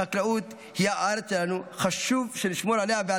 החקלאות היא הארץ שלנו, חשוב שנשמור עליה.